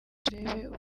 turebe